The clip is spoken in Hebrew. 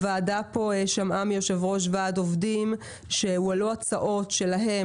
הוועדה שמעה מיושב ראש וועד העובדים שהועלו הצעות שלהם